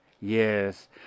yes